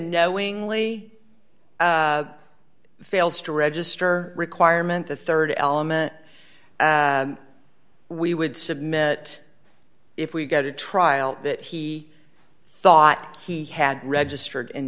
knowingly fails to register requirement the rd element we would submit if we got a trial that he thought he had registered in